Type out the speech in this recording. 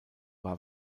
war